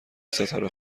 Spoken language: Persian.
ستاره